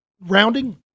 Rounding